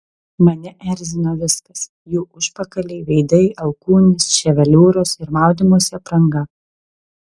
mane erzino viskas jų užpakaliai veidai alkūnės ševeliūros ir maudymosi apranga